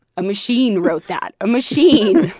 a machine wrote that, a machine!